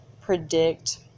predict